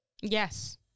yes